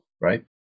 right